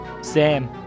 Sam